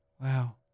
Wow